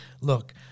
look